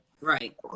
Right